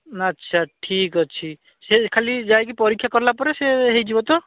ନା ଆଚ୍ଛା ଠିକ୍ ଅଛି ସେଇ ଖାଲି ଯାଇକି ପରୀକ୍ଷା କଲା ପରେ ସେ ହେଇଯିବ ତ